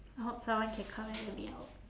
I hope someone can come and let me out